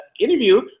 interview